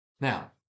Now